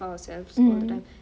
mm